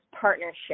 partnership